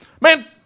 Man